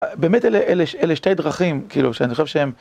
באמת אלה שתי דרכים, כאילו, שאני חושב שהם...